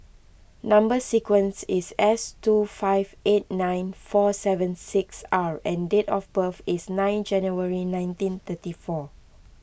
Number Sequence is S two five eight nine four seven six R and date of birth is nine January nineteen thirty four